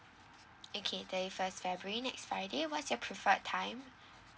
okay twenty first february next friday what's your preferred time